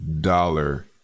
Dollar